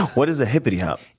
what is a hippity hop?